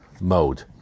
mode